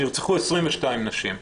נרצחו 22 נשים.